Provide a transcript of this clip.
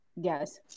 Yes